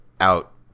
out